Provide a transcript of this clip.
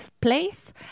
place